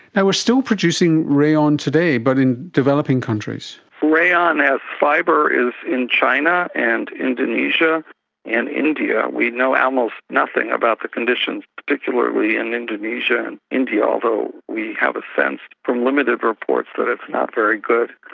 are still producing rayon today but in developing countries. rayon as fibre is in china and indonesia and india. we know almost nothing about the conditions, particularly in indonesia and india, although we have a sense from limited reports that it's not very good.